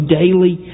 daily